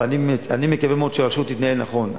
אבל אני מקווה מאוד שהרשות תתנהל נכון.